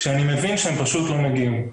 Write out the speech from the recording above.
כשאני מבין שהם פשוט לא מגיעים.